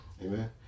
amen